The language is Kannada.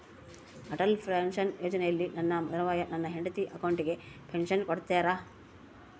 ಅಟಲ್ ಪೆನ್ಶನ್ ಯೋಜನೆಯಲ್ಲಿ ನನ್ನ ತರುವಾಯ ನನ್ನ ಹೆಂಡತಿ ಅಕೌಂಟಿಗೆ ಪೆನ್ಶನ್ ಕೊಡ್ತೇರಾ?